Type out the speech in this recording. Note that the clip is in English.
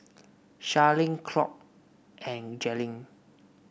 Sharleen Claud and Jailyn